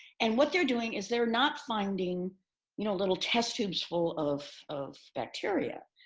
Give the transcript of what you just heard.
and what they're doing is they're not finding you know little test tubes full of of bacteria.